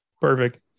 Perfect